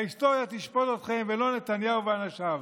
ההיסטוריה תשפוט אתכם, ולא נתניהו ואנשיו.